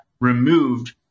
removed